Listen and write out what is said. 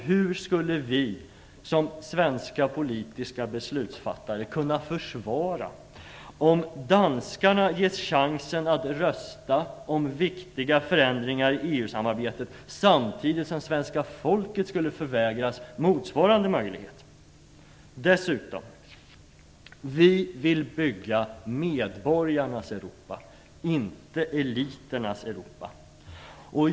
Hur skulle vi som svenska politiska beslutsfattare kunna försvara att det svenska folket skulle förvägras att få den möjlighet som danskarna har att rösta om viktiga förändringar i EU-samarbetet? Dessutom: Vi vill bygga medborgarnas Europa - inte eliternas Europa.